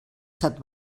set